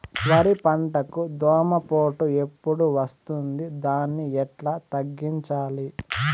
వరి పంటకు దోమపోటు ఎప్పుడు వస్తుంది దాన్ని ఎట్లా తగ్గించాలి?